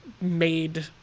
made